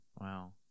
Wow